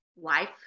life